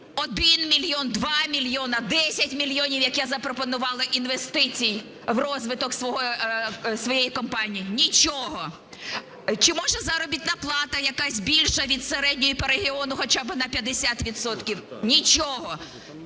1 мільйон, 2 мільйони, 10 мільйонів, як я запропонувала, інвестицій в розвиток своєї компанії? Нічого. Чи, може, заробітна плата якась більше від середньої по регіону хоча б на 50